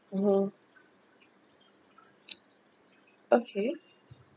mmhmm okay